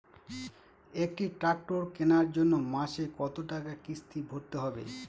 একটি ট্র্যাক্টর কেনার জন্য মাসে কত টাকা কিস্তি ভরতে হবে?